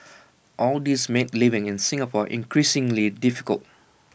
all these made living in Singapore increasingly difficult